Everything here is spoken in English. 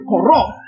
corrupt